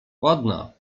ładna